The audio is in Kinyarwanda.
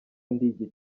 ndi